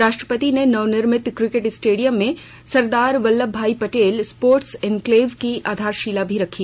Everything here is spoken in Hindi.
राष्ट्रपति ने नव निर्मित क्रिकेट स्टेडियम में सरदार वल्लभ भाई पटेल स्पोर्टस एन्क्लेव की आधारशिला भी रखी